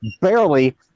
barely